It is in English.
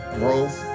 growth